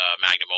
magnum